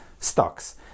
stocks